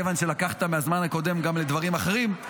כיוון שלקחת מהזמן הקודם גם לדברים אחרים,